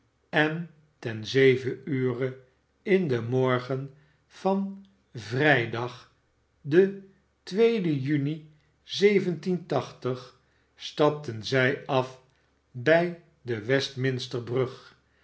en ten zeven ure in den morgen van vrijdag den juni stapten zij af bij de westminsterbrug